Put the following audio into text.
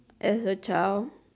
ask a child